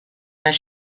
their